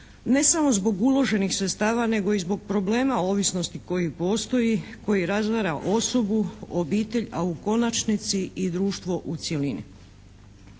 ne samo zbog uloženih sredstava nego i zbog problema ovisnosti koji postoji, koji razara osobu, obitelj a u konačnici i društvo u cjelini.